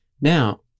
now